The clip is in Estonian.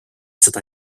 seda